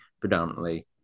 predominantly